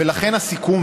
ולכן הסיכום,